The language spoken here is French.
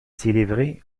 célébrée